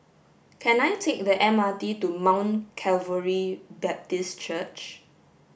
can I take the M R T to Mount Calvary Baptist Church